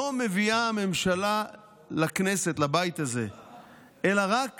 לא מביאה הממשלה לכנסת, לבית הזה, אלא רק